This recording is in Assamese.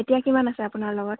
এতিয়া কিমান আছে আপোনাৰ লগত